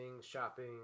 shopping